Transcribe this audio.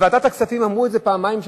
בוועדת הכספים אמרו את זה פעמיים,